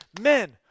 Men